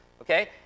okay